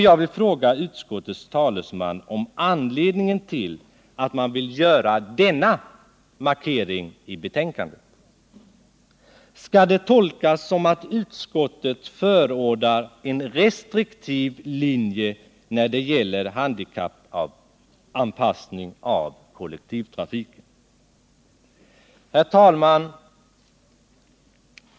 Jag vill fråga utskottets talesman om anledningen till att man vill göra denna markering i betänkandet. Skall det tolkas som att utskottet förordar en restriktiv linje när det gäller handikappanpassning av kollektivtrafiken? Herr talman!